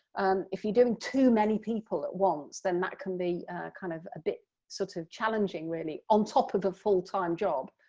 if you're doing too many people at once then that can be kind of a bit sort of challenging really on top of a full-time job.